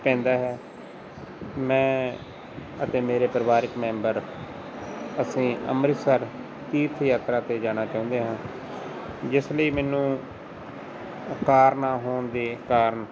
ਪੈਂਦਾ ਹੈ ਮੈਂ ਅਤੇ ਮੇਰੇ ਪਰਿਵਾਰਿਕ ਮੈਂਬਰ ਅਸੀਂ ਅੰਮ੍ਰਿਤਸਰ ਤੀਰਥ ਯਾਤਰਾ 'ਤੇ ਜਾਣਾ ਚਾਹੁੰਦੇ ਹਾਂ ਜਿਸ ਲਈ ਮੈਨੂੰ ਕਾਰ ਨਾ ਹੋਣ ਦੇ ਕਾਰਨ